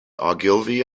ogilvy